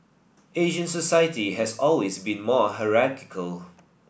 Asian society has always been more hierarchical